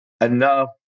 enough